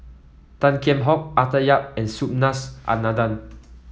Tan Kheam Hock Arthur Yap and Subhas Anandan